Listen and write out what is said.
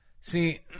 See